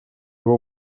его